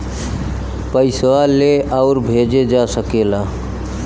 पइसवा ले आउर भेजे जा सकेला